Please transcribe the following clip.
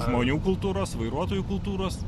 žmonių kultūros vairuotojų kultūros